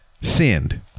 send